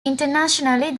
internationally